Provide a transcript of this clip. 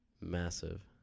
Massive